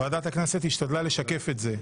ועדת הכנסת השתדלה לשקף את זה.